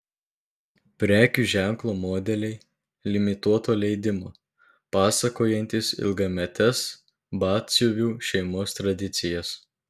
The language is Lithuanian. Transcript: prekių ženklo modeliai limituoto leidimo pasakojantys ilgametes batsiuvių šeimos tradicijas